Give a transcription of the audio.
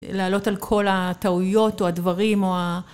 להעלות על כל הטעויות, או הדברים, או ה...